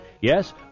Yes